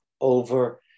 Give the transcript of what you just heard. over